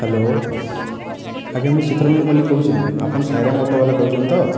hello ଆଜ୍ଞା ମୁଇଁ ଚିତ୍ତ ରଞ୍ଜନ ମଲ୍ଲିକ କହୁଛେଁ ଆପଣ ସାଇ ରାମ ଅଟୋବାଲା କହୁଛନ୍ ତ